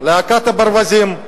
להקת ברווזים.